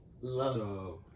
Love